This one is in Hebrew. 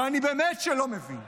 ואני באמת שלא מבין